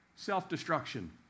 Self-destruction